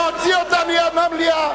להוציא אותה מהמליאה.